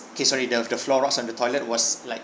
okay sorry the the floor rugs on the toilet was like